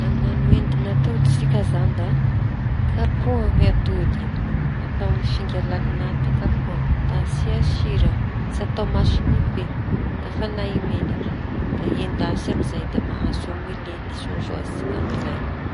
Hañano endin'atody sika izañy da kapohy ny atody atao amin'ny finga lalin'aty da kapoha asia sira tsy atao masiñy be da afana i menaky da endasy amizay da mahazo ômilety soasoa sika amizay.